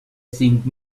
cinc